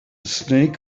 snake